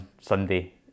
Sunday